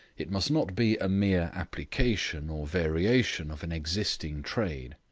it must not be a mere application or variation of an existing trade.